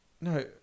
No